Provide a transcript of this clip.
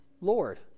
Lord